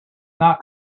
not